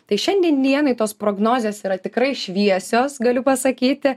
tai šiandien dienai tos prognozės yra tikrai šviesios galiu pasakyti